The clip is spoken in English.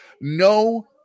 no